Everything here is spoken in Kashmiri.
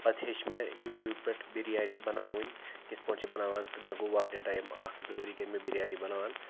پَتہٕ ہیٚچھ مےٚ یوٗٹیوٗب بِریانی بَناوٕنۍ کِتھ پٲٹھۍ چھِ بَناوان تہٕ مےٚ گوٚو واریاہ ٹایم اَکھ زٕ ؤری گٔے مےٚ بِریانی بَناوان